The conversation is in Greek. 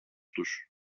τους